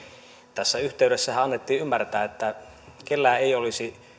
tässä yhteydessähän on annettu ymmärtää että kellään ei olisi